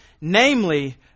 namely